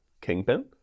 kingpin